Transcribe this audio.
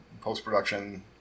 post-production